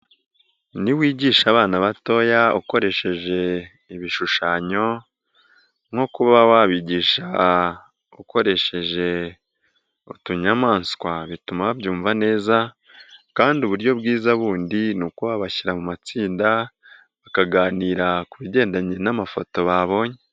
Niwigisha abana batoya ukoresheje ibishushanyo nko kuba wabigisha ukoresheje utunyamaswa, bituma babyumva neza kandi uburyo bwiza bundi ni ukuba babashyira mu matsinda, bakaganira ku bigendanye n'amafoto babonye.